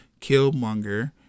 Killmonger